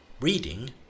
reading